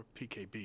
PKB